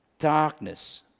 darkness